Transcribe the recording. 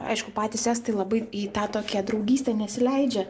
aišku patys estai labai į tą tokią draugystę nesileidžia